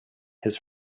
his